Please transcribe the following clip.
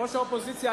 ראש האופוזיציה,